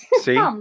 See